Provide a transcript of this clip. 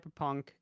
cyberpunk